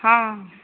ହଁ